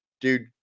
dude